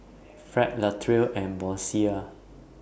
Fred Latrell and Boysie